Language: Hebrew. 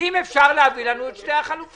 אם אפשר להביא לנו את שתי החלופות.